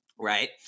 Right